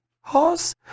horse